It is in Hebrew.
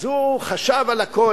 אז הוא חשב על הכול.